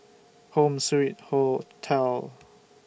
Home Suite Hotel